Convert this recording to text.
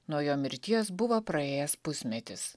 nuo jo mirties buvo praėjęs pusmetis